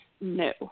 no